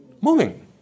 Moving